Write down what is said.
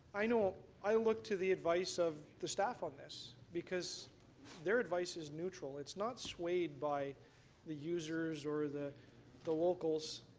i know i look to the advice of the staff on this because their advice is neutral. it's not swayed by the users or the the locals,